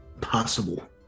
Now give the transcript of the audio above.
possible